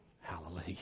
hallelujah